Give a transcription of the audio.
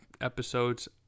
episodes